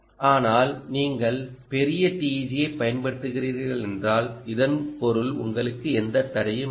ஆனால் நீங்கள் பெரிய TEG ஐப் பயன்படுத்துகிறீர்கள் என்றால் இதன் பொருள் உங்களுக்கு ஒரு தடை இல்லை